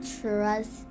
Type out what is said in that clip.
trust